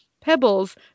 pebbles